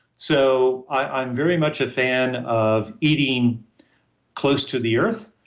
so, i'm very much a fan of eating close to the earth,